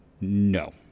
No